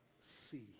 see